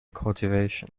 cultivation